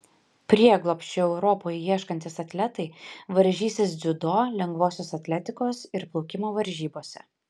prieglobsčio europoje ieškantys atletai varžysis dziudo lengvosios atletikos ir plaukimo varžybose